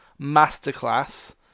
masterclass